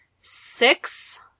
six